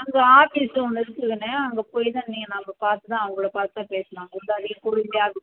அங்கே ஆபிஸ் ஒன்று இருக்குது கண்ணு அங்கே போய் தான் நீ நம்ம பார்த்து தான் அவங்களை பார்த்து தான் பேசணும் அங்கே உள்ளாரயே